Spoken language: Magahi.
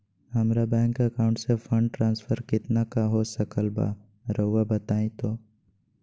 हमरा बैंक अकाउंट से फंड ट्रांसफर कितना का हो सकल बा रुआ बताई तो?